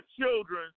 children